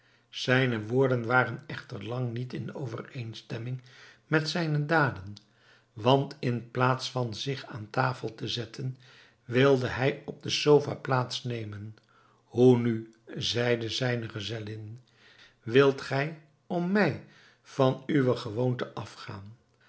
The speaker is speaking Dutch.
zijne woorden waren echter lang niet in overeenstemming met zijne daden want in plaats van zich aan tafel te zetten wilde hij op de sofa plaats nemen hoe nu zeide zijne gezellin wilt gij om mij van uwe gewoonte afgaan